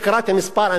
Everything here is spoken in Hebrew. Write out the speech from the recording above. אני קראתי מספר.